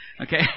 Okay